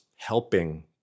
helping